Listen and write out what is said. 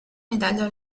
medaglia